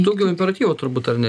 daugiau imperatyvo turbūt ar ne